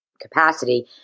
capacity